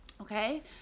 Okay